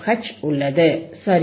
H உள்ளது சரி